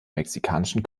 mexikanischen